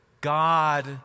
God